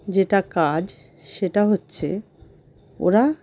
যেটা কাজ সেটা হচ্ছে ওরা